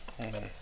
Amen